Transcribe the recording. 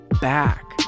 back